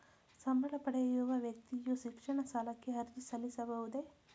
ಸಂಬಳ ಪಡೆಯುವ ವ್ಯಕ್ತಿಯು ಶಿಕ್ಷಣ ಸಾಲಕ್ಕೆ ಅರ್ಜಿ ಸಲ್ಲಿಸಬಹುದೇ?